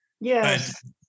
Yes